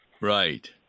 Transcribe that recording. Right